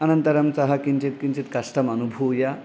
अनन्तरं सः किञ्चित् किञ्चित् कष्टम् अनुभूय